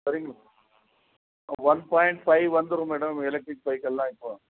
சரிங்க one point five வந்துடும் madam electric bike எல்லாம் இப்போது